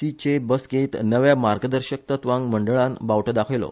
सीचे बसकेंत नव्या मार्गदर्शक तत्वांक मंडळान बावटो दाखयलो